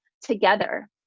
together